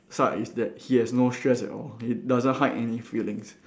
side is that he has no stress at all he doesn't hide any feelings